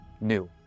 new